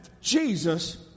Jesus